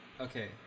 Okay